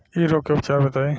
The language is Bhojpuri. इ रोग के उपचार बताई?